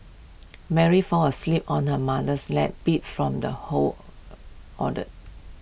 Mary fall asleep on her mother's lap beat from the whole order